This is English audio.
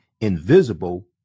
invisible